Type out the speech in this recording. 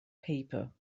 paper